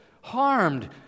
harmed